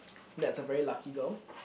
Nat's a very lucky girl